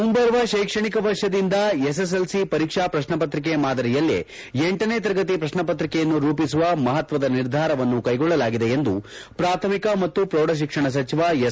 ಮುಂಬರುವ ಶೈಕ್ಷಣಿಕ ವರ್ಷದಿಂದ ಎಸ್ಎಸ್ಎಲ್ಸಿ ಪರೀಕ್ಷಾ ಪ್ರಶ್ನೆಪತ್ರಿಕೆ ಮಾದರಿಯಲ್ಲೇ ಲನೇ ತರಗತಿ ಪ್ರಶ್ನೆಪತ್ರಿಕೆಯನ್ನು ರೂಪಿಸುವ ಮಹತ್ವದ ನಿರ್ಧಾರವನ್ನು ತೆಗೆದುಕೊಳ್ಳಲಾಗಿದೆ ಎಂದು ಪ್ರಾಥಮಿಕ ಮತ್ತು ಪ್ರೌಢ ಶಿಕ್ಷಣ ಸಚಿವ ಎಸ್